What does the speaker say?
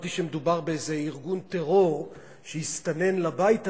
חשבתי שמדובר באיזה ארגון טרור שהסתנן לבית הזה,